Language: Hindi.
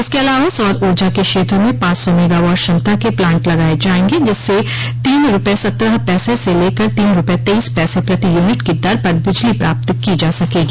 इसके अलवा सौर ऊर्जा के क्षेत्र में पांच सौ मेगावाट क्षमता के प्लांट लगाये जायेंगे जिससे तीन रूपये सत्रह पैसे से लेकर तीन रूपये तेइस पैसे प्रति यूनिट की दर पर बिजली प्राप्त की जा सकेगी